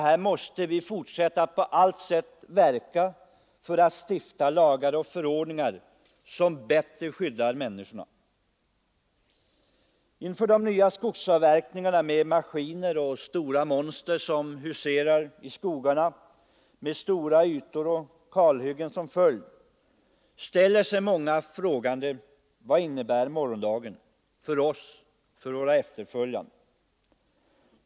Vi måste på allt sätt fortsätta att skapa lagar och förordningar som bättre skyddar människorna. Inför den nya skogsavverkningen med maskiner som huserar i skogarna som stora monster med väldiga ytor av kalhyggen som följd ställer sig många frågan: Vad innebär morgondagen för oss och våra efterföljande?